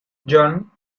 john